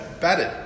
Batted